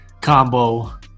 combo